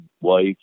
wife